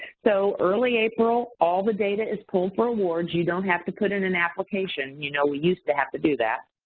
so, early april, all the data is pulled for awards, you don't have to put in an application, you know, we used to have to do that.